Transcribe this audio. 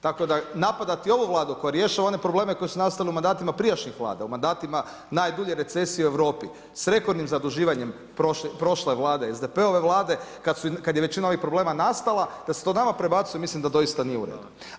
Tako da napadati ovu Vladu koja rješava one probleme koji su nastali u mandatima prijašnjih vlada, u mandatima najdulje recesije u Europi s rekordnim zaduživanjem prošle Vlade SDP-ove Vlade kada je većina ovih problema nastala, da se to nama predbacuje mislim da doista nije u redu.